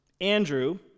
Andrew